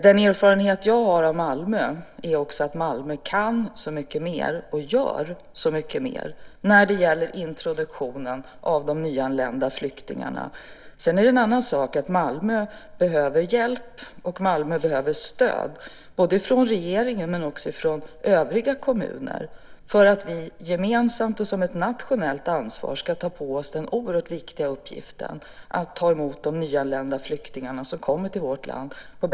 Den erfarenhet jag har av Malmö är att Malmö kan så mycket mer, och gör så mycket mer, när det gäller introduktionen av de nyanlända flyktingarna. Sedan behöver Malmö naturligtvis hjälp och stöd både från regeringen och från övriga kommuner så att vi gemensamt, som ett nationellt ansvar, tar på oss den oerhört viktiga uppgiften att på bästa möjliga sätt ta emot de nyanlända flyktingar som kommer till vårt land.